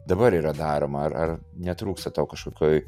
dabar yra daroma ar ar netrūksta tau kažkokioj